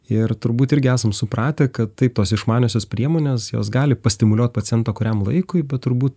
ir turbūt irgi esam supratę kad taip tos išmaniosios priemonės jos gali pastimuliuot paciento kuriam laikui bet turbūt